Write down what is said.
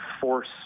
force